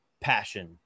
passion